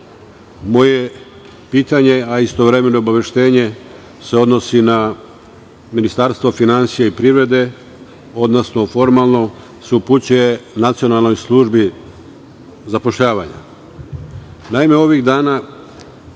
moje pitanje, a istovremeno obaveštenje, se odnosi na Ministarstvo finansija i privrede, odnosno formalno se upućuje Nacionalnoj službi zapošljavanja. Naime, ovih dana